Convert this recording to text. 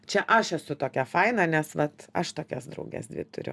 čia aš esu tokia faina nes vat aš tokias drauges dvi turiu